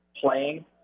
playing